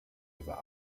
über